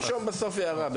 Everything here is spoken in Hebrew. תרשום בסוף הערה,